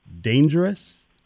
dangerous